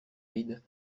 rides